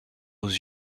aux